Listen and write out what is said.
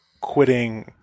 quitting